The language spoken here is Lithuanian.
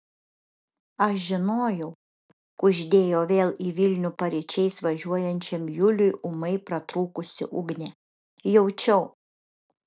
aš žinojau kuždėjo vėl į vilnių paryčiais važiuojančiam juliui ūmai pratrūkusi ugnė jaučiau